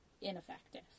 ineffective